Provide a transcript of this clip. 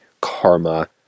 karma